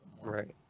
Right